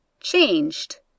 changed